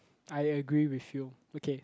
I agree with you okay